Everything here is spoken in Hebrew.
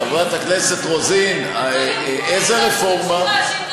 חברת הכנסת רוזין, איזו רפורמה?